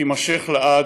תימשך לעד,